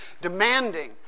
demanding